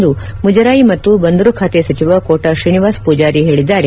ಎಂದು ಮುಜರಾಯಿ ಮತ್ತು ಬಂದರು ಖಾತೆ ಸಚಿವ ಕೋಟ ಶ್ರೀನಿವಾಸ್ ಪೂಜಾರಿ ಹೇಳಿದ್ದಾರೆ